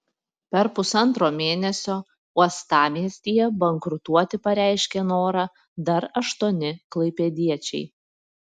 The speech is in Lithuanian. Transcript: per pusantro mėnesio uostamiestyje bankrutuoti pareiškė norą dar aštuoni klaipėdiečiai